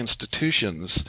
institutions